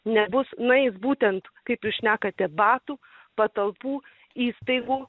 nebus nueis būtent kaip jūs šnekate batų patalpų įstaigų